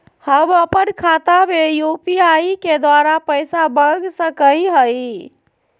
हम अपन खाता में यू.पी.आई के द्वारा पैसा मांग सकई हई?